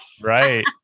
Right